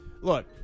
look